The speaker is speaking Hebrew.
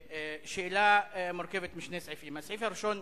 שאלה המורכבת משני סעיפים: הסעיף הראשון,